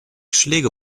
schläge